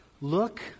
Look